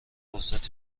فرصت